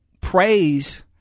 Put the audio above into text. praise